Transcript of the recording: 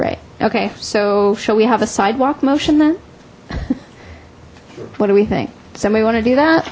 right okay so shall we have a sidewalk motion then what do we think somebody want to do